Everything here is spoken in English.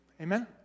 Amen